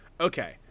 Okay